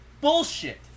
bullshit